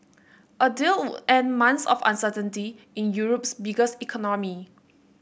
a deal would end months of uncertainty in Europe's biggest economy